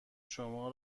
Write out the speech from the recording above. شما